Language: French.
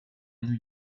new